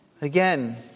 Again